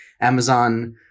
Amazon